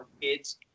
kids